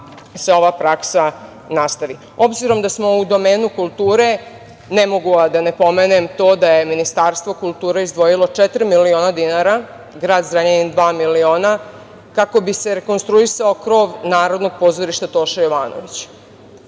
se ova praksa nastavi. Obzirom da smo u domenu kulture, ne mogu a da ne pomenem to da je Ministarstvo kulture izdvojilo četiri miliona dinara, grad Zrenjanin dva miliona kako bi se rekonstruisao krov Narodnog pozorišta „Toša Jovanović“